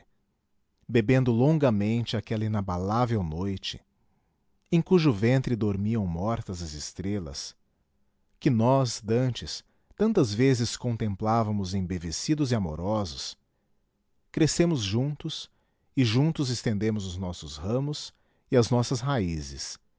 bebendo longamente aquela inabalável noite em cujo ventre dormiam mortas as estrelas que nós dantes tantas vezes contemplávamos embevecidos e amorosos crescemos juntos e juntos estendemos os nossos ramos e as nossas raízes